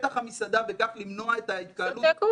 לפתח המסעדה וכך למנוע את ההתקהלות זה מצוין.